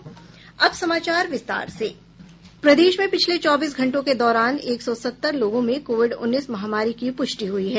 प्रदेश में पिछले चौबीस घंटों के दौरान एक सौ सत्तर लोगों में कोविड उन्नीस महामारी की पुष्टि हुई है